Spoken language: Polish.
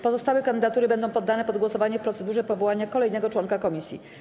Pozostałe kandydatury będą poddane pod głosowanie w procedurze powołania kolejnego członka komisji.